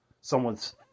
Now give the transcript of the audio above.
someone's